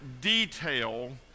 detail